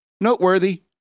Noteworthy